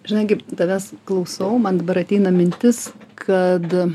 žinai gi tavęs klausau man dabar ateina mintis kad